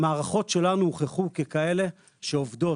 המערכות שלנו הוכחו ככאלה שעובדות.